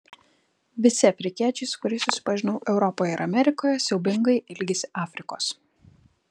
visi afrikiečiai su kuriais susipažinau europoje ir amerikoje siaubingai ilgisi afrikos